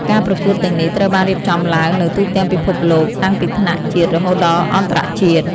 ការប្រកួតទាំងនេះត្រូវបានរៀបចំឡើងនៅទូទាំងពិភពលោក តាំងពីថ្នាក់ជាតិរហូតដល់អន្តរជាតិ។